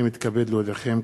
הנני מתכבד להודיעכם,